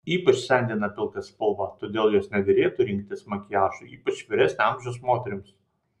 ypač sendina pilka spalva todėl jos nederėtų rinktis makiažui ypač vyresnio amžiaus moterims